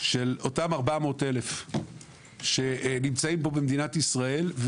של אותם 400,000 שנמצאים פה במדינת ישראל,